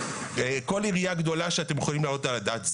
בכל עירייה גדולה שאתם יכולים להעלות על הדעת.